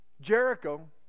jericho